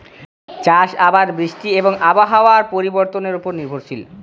চাষ আবাদ বৃষ্টি এবং আবহাওয়ার পরিবর্তনের উপর নির্ভরশীল